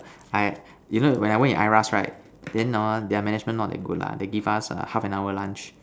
I you know when I work in I_R_A_S then hor their management not that good lah they give us a half an hour lunch